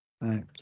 Right